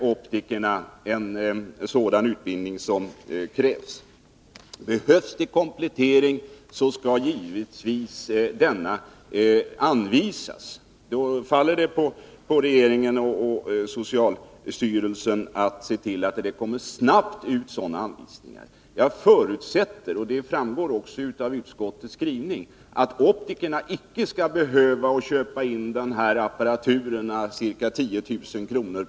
Optikerna har den utbildning som krävs. Behövs det kompletteringar i utbildningen skall givetvis dessa anvisas. Då faller det på regeringen och socialstyrelsen att se till att sådana anvisningar snabbt kommer ut. Jag förutsätter — det framgår även av utskottets skrivning — att optikerna inte skall behöva köpa in apparatur för ca 10 000 kr.